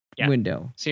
window